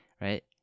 right